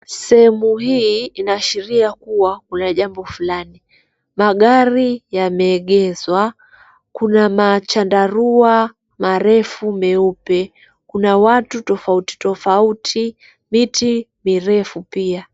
Sehemu hii, inaashiria kuwa, kuna jambo fulani. Magari yameegezwa. Kuna machandarua marefu meupe. Kuna watu tofauti tofauti, miti mirefu pia.